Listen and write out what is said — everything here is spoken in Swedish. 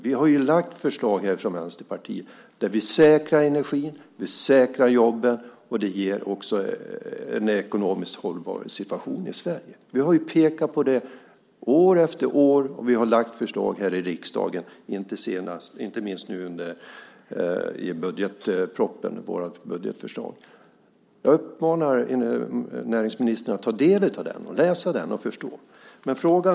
Vänsterpartiet har ju lagt fram förslag där vi säkrar energin och säkrar jobben vilket ger en ekonomiskt hållbar situation i Sverige. Vi har ju pekat på det år efter år. Vi har lagt fram förslag här i riksdagen, inte minst i vårt budgetförslag. Jag uppmanar näringsministern att ta del av det och förstå det.